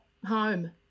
home